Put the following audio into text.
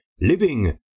living